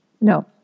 No